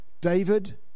David